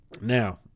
now